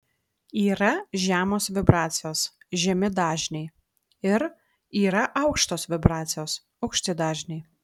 yra žemos vibracijos žemi dažniai ir yra aukštos vibracijos aukšti dažniai